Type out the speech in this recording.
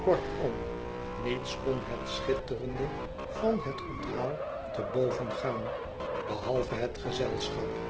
kortom niets kon het schitterende van het onthaal te boven gaan behalve het gezelschap